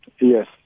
Yes